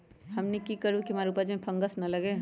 हमनी की करू की हमार उपज में फंगस ना लगे?